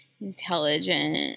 intelligent